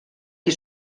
qui